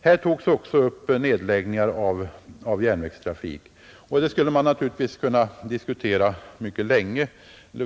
Här har också tagits upp frågan om nedläggningar av järnvägstrafik. Den skulle man naturligtvis kunna diskutera mycket länge.